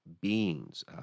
beings